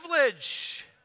privilege